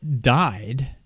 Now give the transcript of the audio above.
died